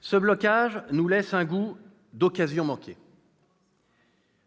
Ce blocage nous laisse un goût d'occasion manquée.